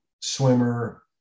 swimmer